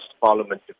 Parliament